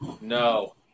No